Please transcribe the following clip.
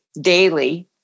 daily